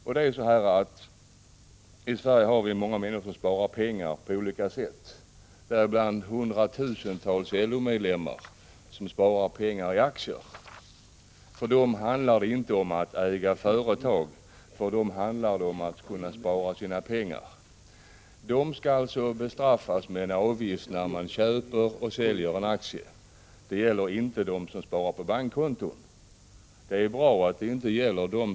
I Sverige sparar människor pengar på många olika sätt. Hundratusentals LO-medlemmar sparar pengar i aktier. För dem handlar det inte om att äga företag — för dem handlar det om att kunna spara sina pengar. Dessa människor skall alltså nu bestraffas med en avgift när de köper och säljer en aktie. Något motsvarande gäller inte för dem som sparar på bankkonto, och det är bra.